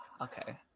okay